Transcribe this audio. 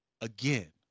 again